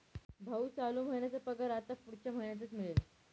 भाऊ, चालू महिन्याचा पगार आता पुढच्या महिन्यातच मिळेल